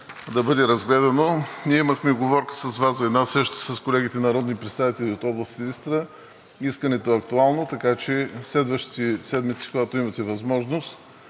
да бъде разгледано комплексно. Ние имахме уговорка с Вас за една среща с колегите народни представители от област Силистра. Искането е актуално, така че в следващите седмици, когато имате възможност,